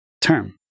term